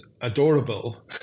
adorable